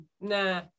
nah